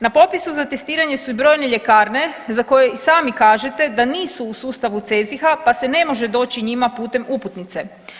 Na popisu za testiranje su i brojne ljekarne za koje i sami kažete da nisu u sustavu CEZIH-a, pa se ne može doći njima putem uputnice.